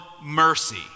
mercy